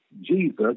Jesus